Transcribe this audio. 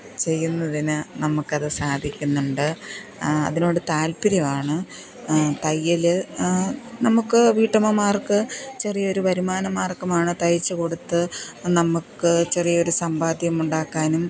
ചെയ്യുന്നതിന് നമുക്കത് സാധിക്കുന്നുണ്ട് അതിനോട് താല്പ്പര്യമാണ് തയ്യൽ നമുക്ക് വീട്ടമ്മമാര്ക്ക് ചെറിയൊരു വരുമാനമാര്ഗമാണ് തയ്ച്ചു കൊടുത്ത് നമുക്ക് ചെറിയൊരു സമ്പാദ്യം ഉണ്ടാക്കാനും